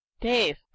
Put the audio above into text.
Dave